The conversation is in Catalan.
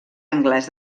anglès